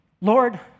Lord